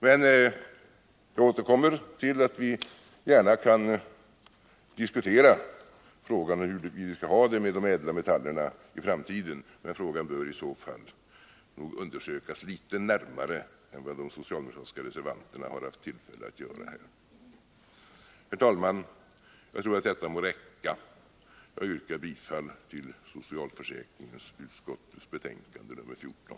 Men jag upprepar att vi gärna kan diskutera frågan om hur vi skall ha det med de ädla metallerna i framtiden, men frågan bör undersökas litet närmare än vad de socialdemokratiska reservanterna haft tillfälle att göra. Herr talman! Jag tror att detta må räcka. Jag yrkar bifall till hemställan i socialförsäkringsutskottets betänkande nr 14.